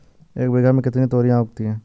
एक बीघा में कितनी तोरियां उगती हैं?